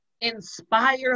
inspire